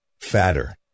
fatter